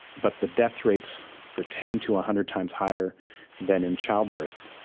but the death rates were ten to a hundred times higher than in childbirth.